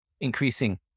increasing